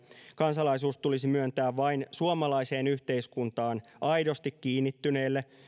kansalaisuus tulisi myöntää vain suomalaiseen yhteiskuntaan aidosti kiinnittyneelle